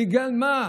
בגלל מה?